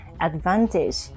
advantage